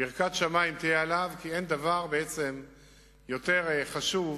ברכת שמים תהיה עליו, כי אין דבר שיותר חשוב